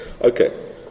Okay